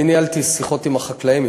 אני ניהלתי שיחות עם חקלאים,